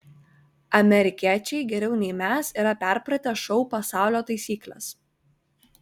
amerikiečiai geriau nei mes yra perpratę šou pasaulio taisykles